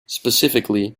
specifically